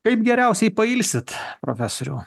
kaip geriausiai pailsit profesoriau